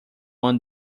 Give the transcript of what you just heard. one